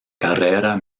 carrera